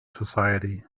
society